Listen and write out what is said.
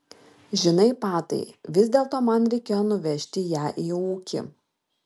žinai patai vis dėlto man reikėjo nuvežti ją į ūkį